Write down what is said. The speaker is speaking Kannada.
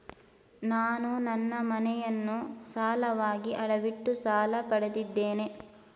ನಾನು ನನ್ನ ಮನೆಯನ್ನು ಸಾಲವಾಗಿ ಅಡವಿಟ್ಟು ಸಾಲ ಪಡೆದಿದ್ದೇನೆ